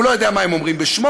הוא לא יודע מה הם אומרים בשמו,